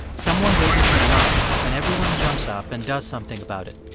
someone raises an alarm, and everyone jumps up and does something about it.